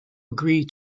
agree